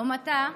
לעומתה,